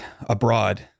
abroad